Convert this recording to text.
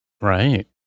Right